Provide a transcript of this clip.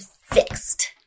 fixed